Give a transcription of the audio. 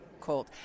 Cold